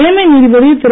தலைமை நீதிபதி திரு